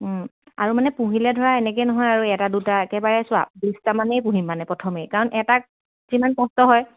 আৰু মানে পুহিলে ধৰা এনেকৈ নহয় আৰু এটা দুটা একেবাৰে চোৱা বিশটামানেই পুহিম মানে প্ৰথমেই কাৰণ এটা যিমান কষ্ট হয়